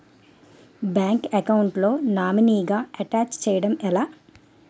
Bank account లో నామినీగా attach చేయడం ఎలా?